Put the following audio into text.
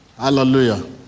Hallelujah